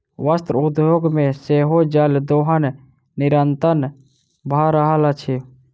वस्त्र उद्योग मे सेहो जल दोहन निरंतन भ रहल अछि